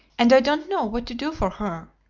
and i don't know what to do for her.